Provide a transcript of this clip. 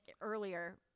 earlier